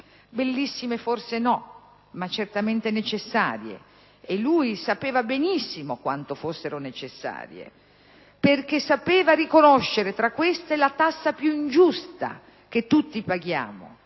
Bellissime forse non sono, ma certamente sono necessarie, e lui sapeva benissimo quanto fossero necessarie, perché sapeva riconoscere tra queste la tassa più ingiusta che tutti paghiamo,